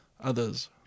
others